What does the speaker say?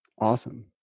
Awesome